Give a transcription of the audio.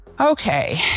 Okay